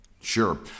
Sure